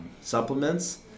supplements